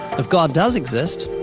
if god does exist,